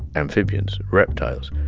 amphibians, reptiles,